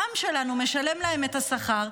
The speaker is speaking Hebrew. העם שלנו משלם להם את השכר,